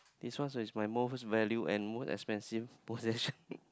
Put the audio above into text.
this one is my most value and most expensive procession